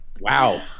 Wow